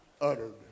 uttered